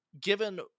given